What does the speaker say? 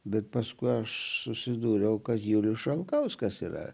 bet paskui aš susidūriau kad julius šalkauskas yra